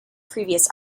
previous